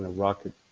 ah rock it,